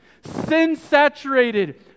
sin-saturated